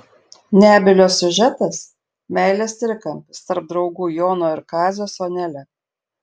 nebylio siužetas meilės trikampis tarp draugų jono ir kazio su anele